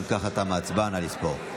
אם כך, תמה ההצבעה, נא לספור.